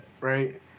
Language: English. right